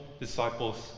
disciples